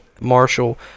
Marshall